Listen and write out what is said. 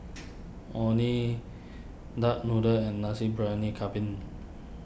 Orh Nee Duck Noodle and Nasi Briyani Kambing